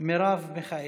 מרב מיכאלי,